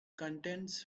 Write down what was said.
contents